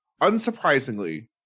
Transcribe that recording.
unsurprisingly